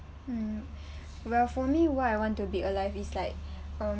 um well for me why I want to be alive is like um